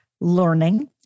learning